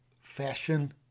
fashion